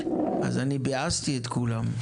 ביאסתי את כולם.